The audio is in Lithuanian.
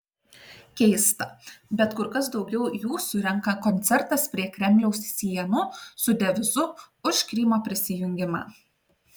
keista bet kur kas daugiau jų surenka koncertas prie kremliaus sienų su devizu už krymo prisijungimą